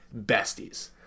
besties